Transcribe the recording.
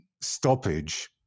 stoppage